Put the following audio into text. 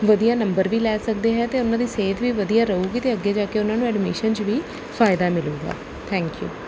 ਵਧੀਆ ਨੰਬਰ ਵੀ ਲੈ ਸਕਦੇ ਹੈ ਅਤੇ ਉਹਨਾਂ ਦੀ ਸਿਹਤ ਵੀ ਵਧੀਆ ਰਹੇਗੀ ਅਤੇ ਅੱਗੇ ਜਾ ਕੇ ਉਹਨਾਂ ਨੂੰ ਐਡਮਿਸ਼ਨ 'ਚ ਵੀ ਫਾਇਦਾ ਮਿਲੇਗਾ ਥੈਂਕ ਯੂ